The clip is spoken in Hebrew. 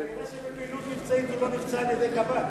כנראה בפעילות מבצעית הוא לא נפצע על-ידי קב"ן.